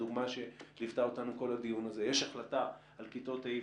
בדוגמה שליוותה אותנו כל הדין הזה: יש החלטה על כיתות ה',